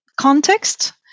context